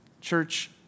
Church